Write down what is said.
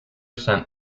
sent